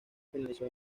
finalizó